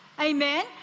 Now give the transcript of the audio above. amen